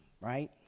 right